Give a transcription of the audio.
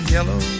Yellow